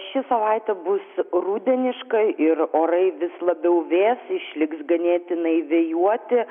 ši savaitė bus rudeniška ir orai vis labiau vės išliks ganėtinai vėjuoti